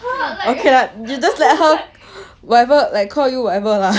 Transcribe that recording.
okay lah you just let her whatever like call you whatever lah